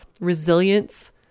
resilience